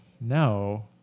No